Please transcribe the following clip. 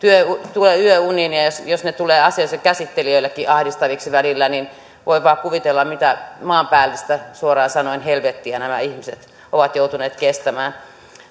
tulevat yöuniin ja jos ne tulevat asian käsittelijöillekin ahdistaviksi välillä niin voi vain kuvitella mitä maanpäällistä suoraan sanoen helvettiä nämä ihmiset ovat joutuneet kestämään